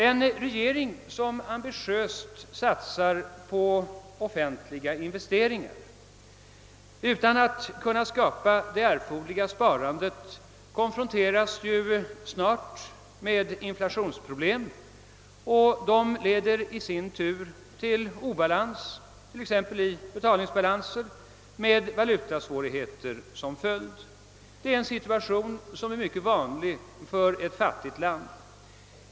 En regering som ambitiöst satsar på offentliga investeringar utan att kunna åstadkomma det erforderliga sparandet konfronteras snart med inflationsproblem som 1 sin tur leder till obalans, t.ex. i be talningsbalansen med valutasvårigheter som följd. Denna situation är mycket vanlig för ett fattigt land.